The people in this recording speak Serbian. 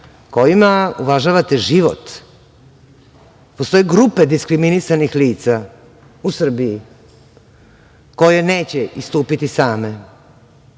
kojima uvažavate život. Postoje grupe diskriminisanih lica u Srbiji koje neće istupiti same